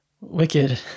wicked